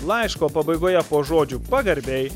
laiško pabaigoje po žodžių pagarbiai